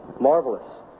Marvelous